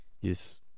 Yes